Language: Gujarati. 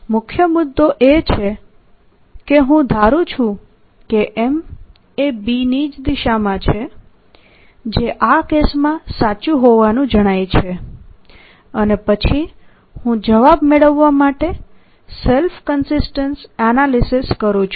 મુખ્ય મુદ્દો એ છે કે હું ધારું છું કે M એ B ની જ દિશામાં છે જે આ કેસમાં સાચું હોવાનું જણાય છે અને પછી હું જવાબ મેળવવા માટે સેલ્ફ કન્સીસ્ટન્સ એનાલિસીસ કરું છું